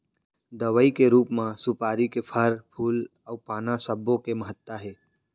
दवई के रूप म सुपारी के फर, फूल अउ पाना सब्बो के महत्ता हे